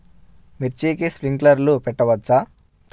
మిర్చికి స్ప్రింక్లర్లు పెట్టవచ్చా?